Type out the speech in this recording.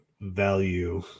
value